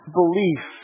belief